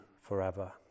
forever